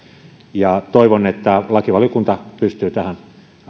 toivon että lakivaliokunta pystyy tähän